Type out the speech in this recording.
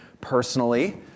personally